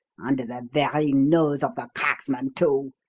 under the very nose of the cracksman, too!